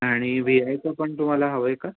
आणि व्ही आयचा पण तुम्हाला हवं आहे का